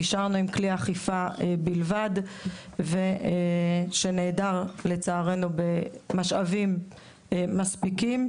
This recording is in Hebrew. נשארנו עם כלי אכיפה בלבד שנעדר לצערנו במשאבים מספיקים.